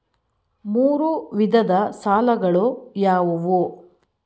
ಮೂರು ವಿಧದ ಸಾಲಗಳು ಯಾವುವು?